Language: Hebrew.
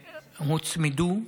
הוצמדו,